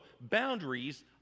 boundaries